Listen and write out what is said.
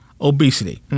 obesity